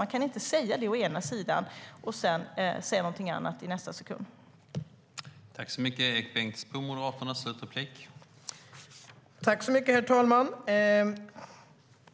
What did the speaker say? Man kan inte å ena sidan säga det och sedan säga någonting annat i nästa sekund.